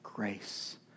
Grace